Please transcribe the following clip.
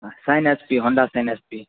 हाँ Shine S P Honda Shine S P